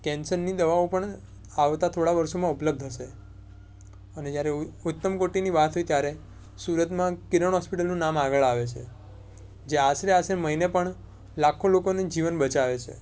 કેન્સરની દવાઓ પણ આવતા થોડાં વર્ષોમાં ઉપલબ્ધ હશે અને જ્યારે ઉત્તમ કોટિની વાત હોય ત્યારે સુરતમાં કિરણ હૉસ્પિટલનું નામ આગળ આવે છે જે આશરે આશરે મહિને પણ લાખો લોકોનું જીવન બચાવે છે